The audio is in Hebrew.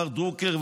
מר דרוקר,